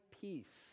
peace